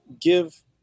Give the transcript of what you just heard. give